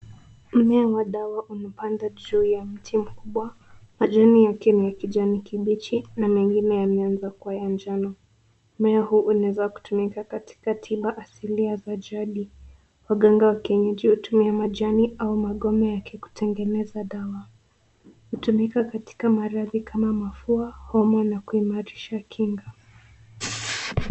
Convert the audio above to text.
Mmea wa dawa umepanda juu ya mti mkubwa. Majani yake ni ya kijani kibichi, na mengine yameanza kuwa ya njano. Mmea huu unaeza kutumika katika tiba asili ya majani. Waganga wa kienyeji hutumia majani au magome yake kutengeneza dawa. Hutumika katika maradhi kama mafua homa na kuimarisha kinga.